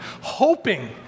hoping